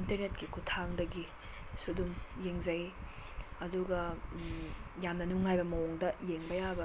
ꯏꯟꯇ꯭ꯔꯅꯦꯠꯀꯤ ꯈꯨꯊꯥꯡꯗꯒꯤꯁꯨ ꯗꯨꯝ ꯌꯦꯡꯖꯩ ꯑꯗꯨꯒ ꯌꯥꯝꯅ ꯅꯨꯡꯉꯥꯏꯕ ꯃꯑꯣꯡꯗ ꯌꯦꯡꯕ ꯌꯥꯕ